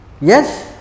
Yes